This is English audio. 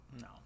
No